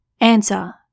Answer